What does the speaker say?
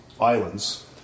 islands